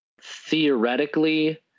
Theoretically